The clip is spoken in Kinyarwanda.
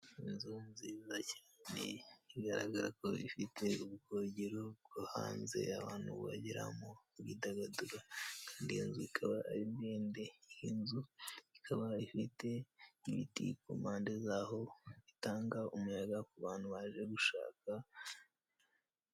Inzu nziza cyane igaragara ko ifite ubwogero bwo hanze abantu bagera bidagadura kandi iyozu ikaba ari ibindi, iyi nzu ikaba ifite imiti ku mpande zaho itanga umuyaga ku bantu baje gushaka.